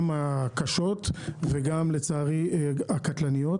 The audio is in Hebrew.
גם הקשות וגם הקטלניות.